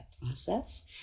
process